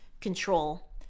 control